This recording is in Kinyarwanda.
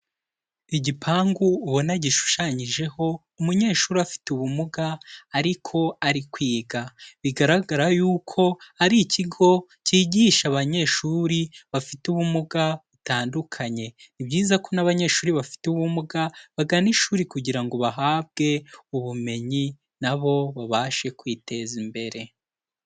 Igipangu ubona gishushanyijeho umunyeshuri afite ubumuga ariko ari kwiga, bigaragara yuko ari ikigo cyigisha abanyeshuri bafite ubumuga butandukanye, ni byiza ko n'abanyeshuri bafite ubumuga bagana ishuri kugira ngo bahabwe ubumenyi nabo babashe kwiteza imbere.